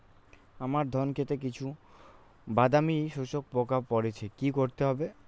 আমার ধন খেতে কিছু বাদামী শোষক পোকা পড়েছে কি করতে হবে?